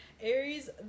Aries